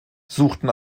suchten